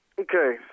Okay